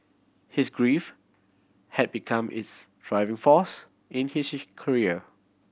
his grief had become his driving force in his career